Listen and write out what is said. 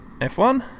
F1